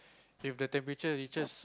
if the temperature reaches